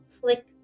flick